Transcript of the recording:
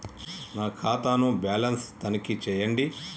నా ఖాతా ను బ్యాలన్స్ తనిఖీ చేయండి?